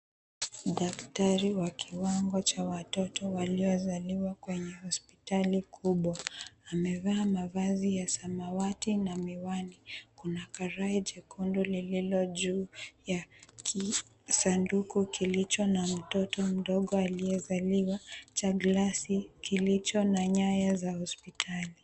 Daktari wa kiwango cha watoto waliozaliwa kwenye hospitali kubwa amevaa mavazi ya samawati na miwani. Kuna karai jekundu lililo juu ya kisanduku kilicho na mtoto mdogo aliyezaliwa, cha glasi kilicho na nyaya za hospitali.